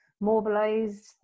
mobilized